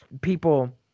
people